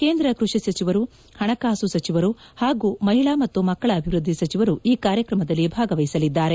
ಕೇಂದ್ರ ಕೃಷಿ ಸಚಿವರು ಹಣಕಾಸು ಸಚಿವರು ಹಾಗೂ ಮಹಿಳಾ ಮತ್ತು ಮಕ್ಕಳ ಅಭಿವ್ವದ್ದಿ ಸಚಿವರು ಈ ಕಾರ್ಯಕ್ರಮದಲ್ಲಿ ಭಾಗವಹಿಸಲಿದ್ದಾರೆ